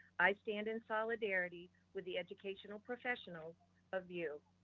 i stand in solidarity with the educational professionals of vue.